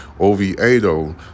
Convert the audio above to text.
Oviedo